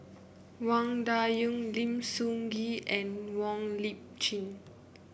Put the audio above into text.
Wang Dayuan Lim Sun Gee and Wong Lip Chin